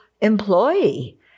employee